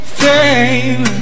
fame